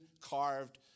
carved